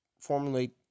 formulate